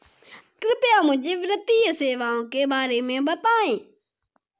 कृपया मुझे वित्तीय सेवाओं के बारे में बताएँ?